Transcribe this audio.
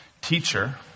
Teacher